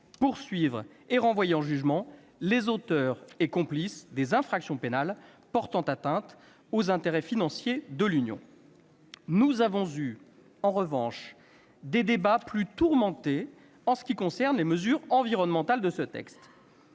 poursuivre et renvoyer en jugement les auteurs et complices des infractions pénales portant atteinte aux intérêts financiers de l'Union. Nous avons eu, en revanche, des débats plus tourmentés sur les mesures environnementales de ce texte.